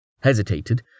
hesitated